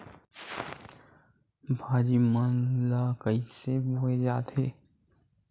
भाजी मन ला कइसे बोए जाथे?